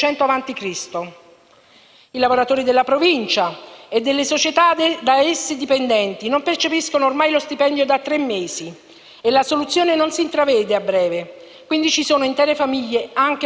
e la soluzione non si intravede a breve. Quindi ci sono intere famiglie, anche monoreddito, che sono in enorme difficoltà, mentre i lavoratori dell'indotto sono stati già interamente licenziati e mandati a casa.